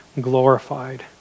glorified